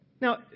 Now